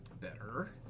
Better